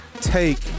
take